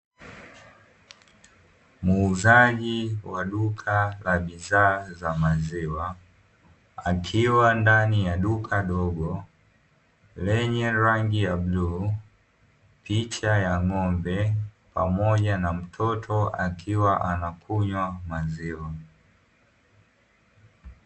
Muuzaji wa duka la bidhaa za maziwa akiwa ndani ya duka dogo lenye rangi ya bluu, picha ya ng'ombe pamoja na mtoto akiwa anakunywa maziwa.